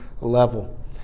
level